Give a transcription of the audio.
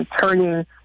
turning